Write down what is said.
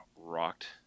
rocked